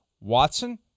Watson